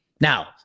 Now